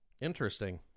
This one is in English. Interesting